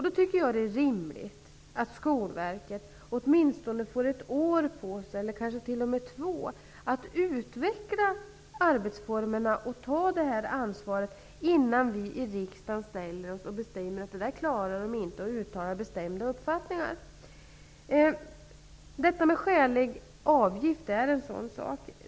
Då tycker jag att det är rimligt att Skolverket åtminstone får ett år, eller kanske t.o.m. två år, på sig för att utveckla arbetsformerna och ta det här ansvaret, innan vi i riksdagen uttalar bestämda uppfattningar om att Skolverket inte klarar av uppgiften. Frågan om en skälig avgift är en sådan sak.